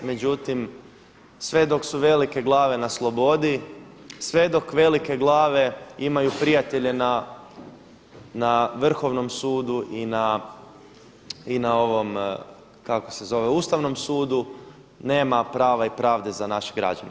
Međutim, sve dok su velike glave na slobodi, sve dok velike glave imaju prijatelje na Vrhovnom sudu i na kako se zove Ustavnom sudu nema prava i pravde za naše građane.